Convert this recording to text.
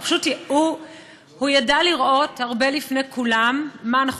הוא ידע לראות הרבה לפני כולם מה אנחנו